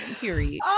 period